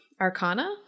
Arcana